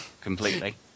completely